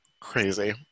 Crazy